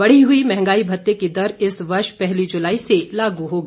बढ़ी हुई मंहगाई भत्ते की दर इस वर्ष पहली जुलाई से लागू होगी